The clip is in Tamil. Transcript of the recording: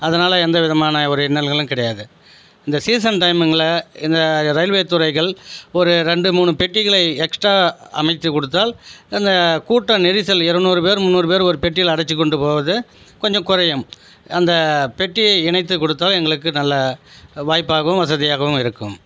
அதனால எந்த விதமான ஒரு இன்னல்களும் கிடையாது இந்த சீசன் டயமிங்கில் இந்த ரயில்வே துறைகள் ஒரு ரெண்டு மூணு பெட்டிகளை எக்ஸ்ட்ரா அமைத்து கொடுத்தால் அந்த கூட்டம் நெரிசலு இரநூறு பேர் முந்நூறு பேர் ஒரு பெட்டியில் அடச்சு கொண்டு போகிறது கொஞ்சம் குறையும் அந்த பெட்டியை இணைத்து கொடுத்தால் எங்களுக்கு நல்ல வாய்ப்பாகவும் வசதியாகவும் இருக்கும்